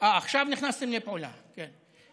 אה, עכשיו נכנסתם לפעולה, כן.